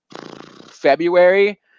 February